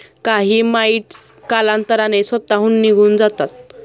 काही माइटस कालांतराने स्वतःहून निघून जातात